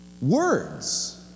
Words